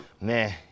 Man